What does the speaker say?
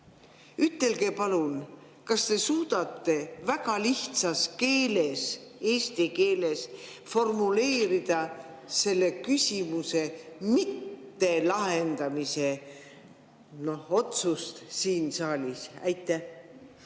ütelge palun, kas te suudate väga lihtsas keeles, eesti keeles formuleerida selle küsimuse mittelahendamise otsust siin saalis. Aitäh,